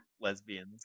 Lesbians